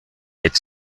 its